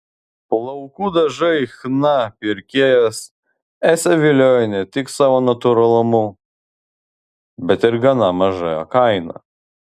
plaukų dažai chna pirkėjas esą viliojo ne tik savo natūralumu bet ir gana maža kaina